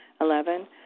Eleven